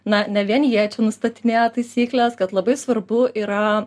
na ne vien jie čia nustatinėja taisykles kad labai svarbu yra